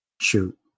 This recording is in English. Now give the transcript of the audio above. Shoot